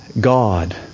God